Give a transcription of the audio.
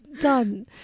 done